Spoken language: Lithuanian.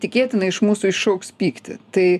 tikėtina iš mūsų iššauks pyktį tai